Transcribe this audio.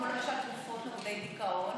כמו למשל נוגדי דיכאון